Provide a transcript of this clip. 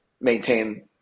maintain